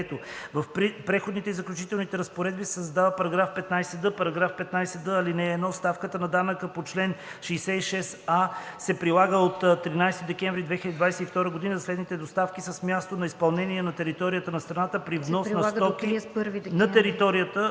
преходните и заключителните разпоредби се създава § 15д: „§ 15д. (1) Ставката на данъка по чл. 66а се прилага до 31 декември 2022 г. за следните доставки с място на изпълнение на територията на страната, при внос на стоки на територията